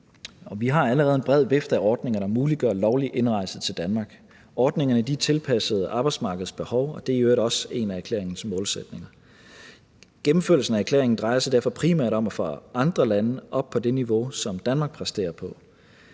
Vi har allerede en bred vifte af ordninger, der muliggør lovlig indrejse til Danmark. Ordningerne er tilpasset arbejdsmarkedets behov, og det er i øvrigt også en af erklæringens målsætninger. Gennemførelsen af erklæringen drejer sig derfor primært om at få andre lande op på det niveau, som Danmark præsterer på.